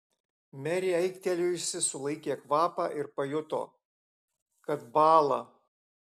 merė aiktelėjusi sulaikė kvapą ir pajuto kad bąla